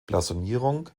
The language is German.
blasonierung